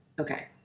Okay